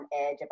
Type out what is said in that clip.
edge